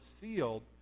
sealed